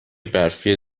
برفی